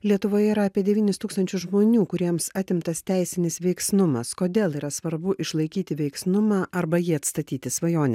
lietuvoje yra apie devynis tūkstančius žmonių kuriems atimtas teisinis veiksnumas kodėl yra svarbu išlaikyti veiksnumą arba jį atstatyti svajone